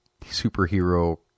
superhero